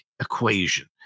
equation